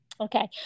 Okay